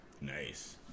Nice